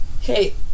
hey